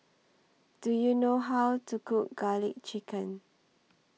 Do YOU know How to Cook Garlic Chicken